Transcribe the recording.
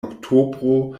oktobro